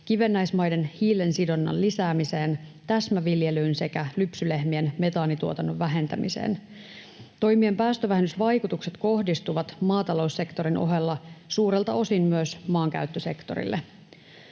kivennäismaiden hiilensidonnan lisäämiseen, täsmäviljelyyn sekä lypsylehmien metaanintuotannon vähentämiseen. Toimien päästövähennysvaikutukset kohdistuvat maataloussektorin ohella suurelta osin myös maankäyttösektorille.